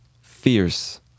Fierce